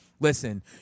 Listen